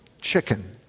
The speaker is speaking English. chicken